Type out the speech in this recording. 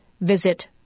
visit